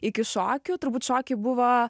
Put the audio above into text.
iki šokių turbūt šokiai buvo